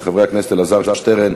של חברי הכנסת אלעזר שטרן,